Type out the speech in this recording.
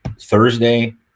Thursday